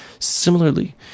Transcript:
Similarly